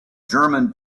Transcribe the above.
german